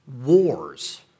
wars